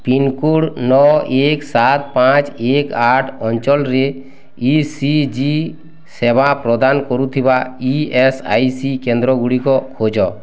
pincode ନଅ ଏକ ସାତ ପାଞ୍ଚ ଏକ ଆଠ ଅଞ୍ଚଳରେ ଇ ସି ଜି ସେବା ପ୍ରଦାନ କରୁଥିବା ଇ ଏସ୍ ଇ ସି କେନ୍ଦ୍ରଗୁଡ଼ିକ ଖୋଜ